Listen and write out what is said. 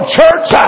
church